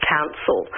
Council